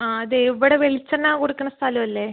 ആ അതെ ഇവിടെ വെളിച്ചെണ്ണ കൊടുക്കുന്ന സ്ഥലം അല്ലെ